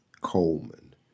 Coleman